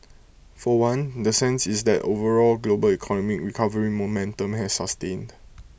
for one the sense is that overall global economic recovery momentum has sustained